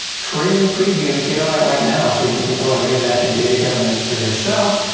free and preview. get on it right now, so you can go and re-imagine data governance for yourself.